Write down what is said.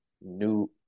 new